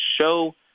show